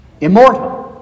Immortal